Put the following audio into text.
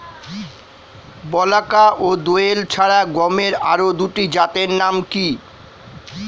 বলাকা ও দোয়েল ছাড়া গমের আরো দুটি জাতের নাম কি?